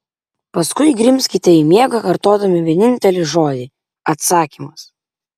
paskui grimzkite į miegą kartodami vienintelį žodį atsakymas